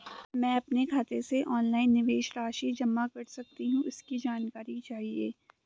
मैं अपने खाते से ऑनलाइन निवेश राशि जमा कर सकती हूँ इसकी जानकारी चाहिए?